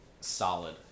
solid